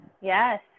yes